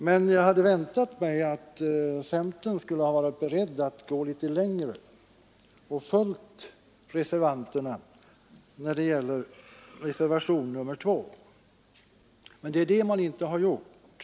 Men jag hade väntat mig att centern skulle vara beredd att gå litet längre och följa Anslag till Centralreservationen 2. Men det är det man inte har gjort.